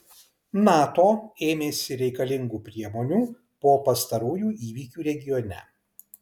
nato ėmėsi reikalingų priemonių po pastarųjų įvykių regione